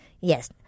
Yes